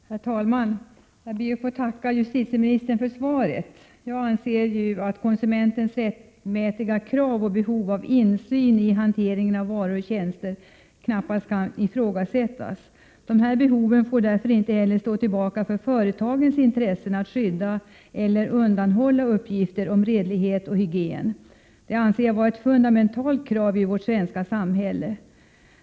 Herr talman! Jag ber att få tacka justitieministern för svaret. Jag anser att konsumentens rättmätiga krav och behov av insyn i hanteringen av varor och tjänster knappast kan ifrågasättas. De behoven får därför inte heller stå tillbaka för företagens intresse att skydda eller undanhålla uppgifter om redlighet och hygien. Det anser jag vara ett fundamentalt krav i vårt svenska samhälle.